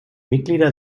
mitglieder